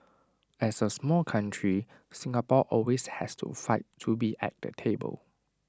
as A small country Singapore always has to fight to be at the table